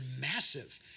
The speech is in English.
massive